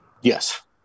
Yes